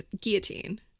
guillotine